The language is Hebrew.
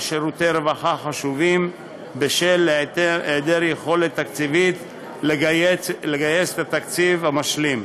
שירותי רווחה חשובים בשל היעדר יכולת תקציבית לגייס את התקציב המשלים.